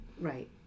right